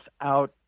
out